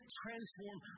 transform